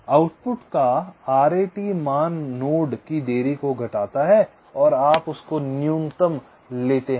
output का RAT मान node की देरी को घटाता है और आप उसको न्यूनतम लेते हैं